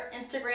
Instagram